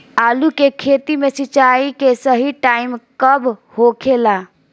आलू के खेती मे सिंचाई के सही टाइम कब होखे ला?